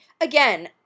Again